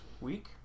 week